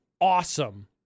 awesome